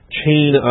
chain